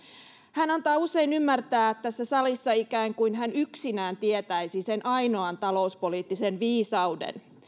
hän antaa usein ymmärtää tässä salissa että ikään kuin hän yksinään tietäisi sen ainoan talouspoliittisen viisauden